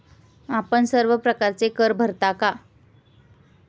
आपण सर्व प्रकारचे कर भरता का?